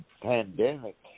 pandemic